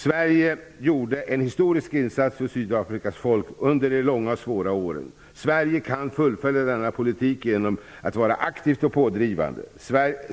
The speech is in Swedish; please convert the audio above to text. Sverige gjorde en historisk insats för Sydafrikas folk under de långa, svåra åren. Sverige kan fullfölja denna politik genom att vara aktivt och pådrivande.